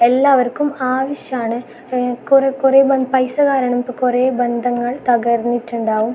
എല്ലാവർക്കും ആവശ്യമാണ് കുറേ കുറേ പൈസ കാരണം ഇപ്പോൾ കുറേ ബന്ധങ്ങൾ തകർന്നിട്ടുണ്ടാവും